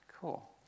cool